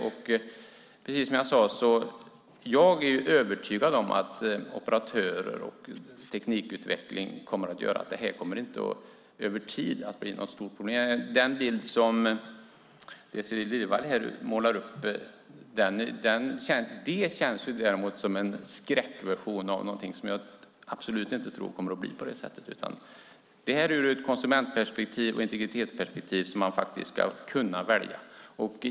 Precis som jag sade är jag övertygad om att operatörer och teknikutveckling kommer att göra att det här över tid inte kommer att bli något stort problem. Den bild som Désirée Liljevall målar upp känns däremot som en skräckversion. Jag tror absolut inte att det kommer att bli på det sättet. Ur ett konsumentperspektiv och ett integritetsperspektiv ska man faktiskt kunna välja.